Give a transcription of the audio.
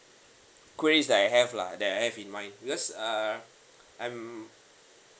quiz that I have lah that I have in mind because err I'm